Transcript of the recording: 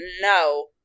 no